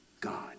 God